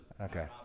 okay